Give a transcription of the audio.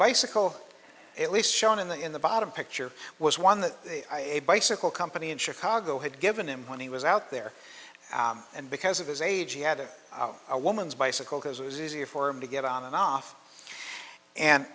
bicycle at least shown in the in the bottom picture was one that a bicycle company in chicago had given him when he was out there and because of his age he had a woman's bicycle because it was easier for him to get on and off and